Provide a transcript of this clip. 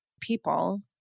people